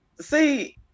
See